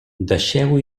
deixeu